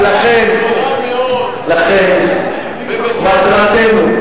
ולכן, מטרתנו,